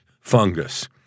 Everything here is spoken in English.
fungus